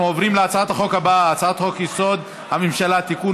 אנחנו עוברים להצעה הבאה: הצעת חוק-יסוד: הממשלה (תיקון,